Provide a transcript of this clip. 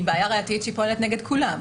היא בעיה ראייתית שפועלת נגד כולם.